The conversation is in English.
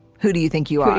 who do you think you are,